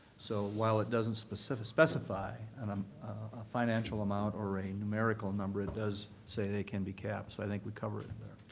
so while it doesn't specify and um a financial amount or a numerical number, it does say they can be capped so i think we covered it there.